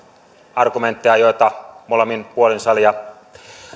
argumentteja joita molemmin puolin salia